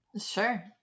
sure